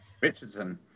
Richardson